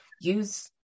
use